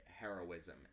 heroism